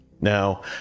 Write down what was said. Now